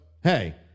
hey